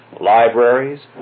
libraries